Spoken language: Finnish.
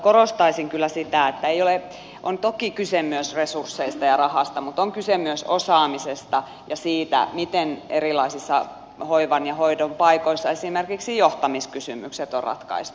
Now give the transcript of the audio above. korostaisin kyllä sitä että on toki kyse myös resursseista ja rahasta mutta on kyse myös osaamisesta ja siitä miten erilaisissa hoivan ja hoidon paikoissa esimerkiksi johtamiskysymykset on ratkaistu